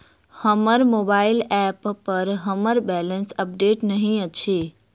हमर mobile app पर हमर बैलेंस अपडेट नहि अछि